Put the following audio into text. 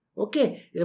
Okay